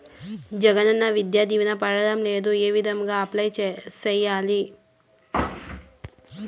జగనన్న విద్యా దీవెన పడడం లేదు ఏ విధంగా అప్లై సేయాలి